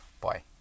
Bye